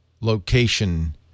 location